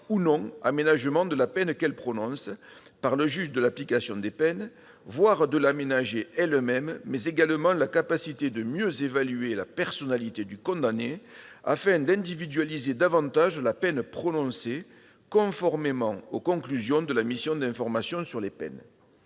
ou non aménagement de la peine qu'elle prononce par le juge de l'application des peines, voire de l'aménager elle-même, mais également la capacité de mieux évaluer la personnalité du condamné afin d'individualiser davantage la sanction prononcée, conformément aux conclusions de la mission d'information sur la nature